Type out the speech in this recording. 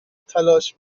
تلاش